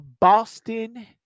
Boston